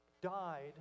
died